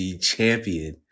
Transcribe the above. champion